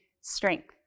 strength